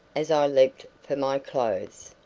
as i leaped for my clothes.